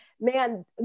Man